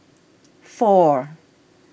four